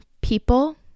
people